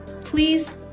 Please